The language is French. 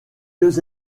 deux